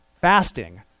fasting